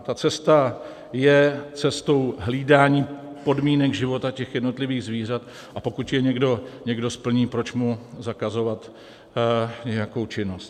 Ta cesta je cestou hlídání podmínek života jednotlivých zvířat, a pokud je někdo splní, proč mu zakazovat nějakou činnost.